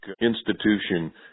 institution